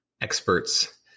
experts